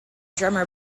drummer